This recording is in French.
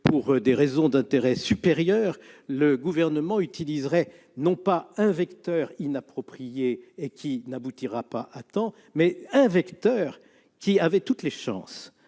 pour des raisons d'intérêt supérieur, le Gouvernement utiliserait non pas un vecteur inapproprié et qui n'aboutira pas à temps, mais un vecteur qui a toutes les chances